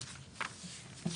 אחרי סעיף קטן (ד)